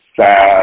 sad